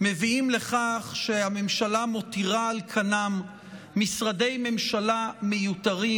מביאים לכך שהממשלה מותירה על כנם משרדי ממשלה מיותרים,